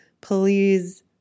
Please